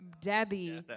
Debbie